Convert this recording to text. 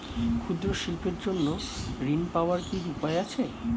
ক্ষুদ্র শিল্পের জন্য ঋণ পাওয়ার কি উপায় আছে?